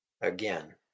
Again